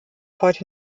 heute